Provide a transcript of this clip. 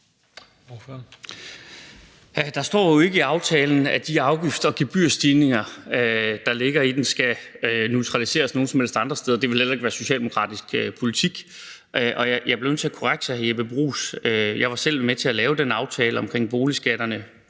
Der står jo ikke i aftalen, at de afgifts- og gebyrstigninger, der ligger i den, skal neutraliseres nogen som helst andre steder – det ville heller ikke være socialdemokratisk politik. Og jeg bliver nødt til at korrekse hr. Jeppe Bruus. Jeg var selv med til at lave den aftale omkring boligskatterne.